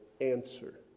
answer